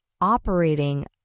operating